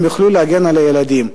הם יוכלו להגן על הילדים.